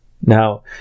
Now